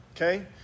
Okay